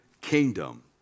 kingdom